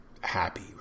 happy